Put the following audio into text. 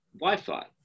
Wi-Fi